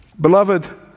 Beloved